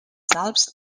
alps